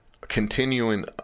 continuing